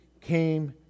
came